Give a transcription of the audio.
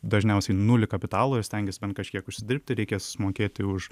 dažniausiai nulį kapitalo ir stengies bent kažkiek užsidirbti reikia susimokėti už